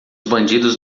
bandidos